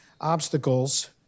obstacles